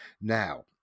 Now